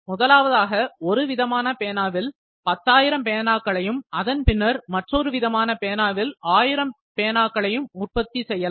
முதலாவதாக ஒருவிதமான பேனாவில் பத்தாயிரம் பேனாக்களையும் அதன் பின்னர் மற்றொரு விதமான பேனாவில் ஆயிரம் பேனர்களையும் உற்பத்தி செய்யலாம்